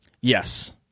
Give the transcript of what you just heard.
Yes